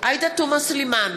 עאידה תומא סלימאן,